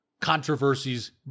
controversies